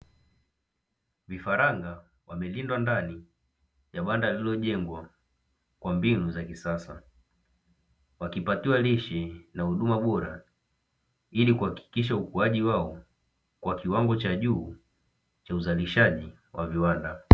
Vifaranga wamelindwa ndani ya banda lililojengwa kwa mbinu za kisasa wakipatiwa lishe na huduma bora ili kuhakikisha ukuaji wao wa kiwango cha juu cha uzalishaji wa viwanda.